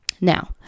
Now